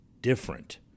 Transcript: different